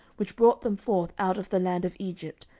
which brought them forth out of the land of egypt,